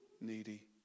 needy